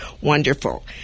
wonderful